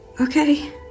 Okay